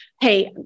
hey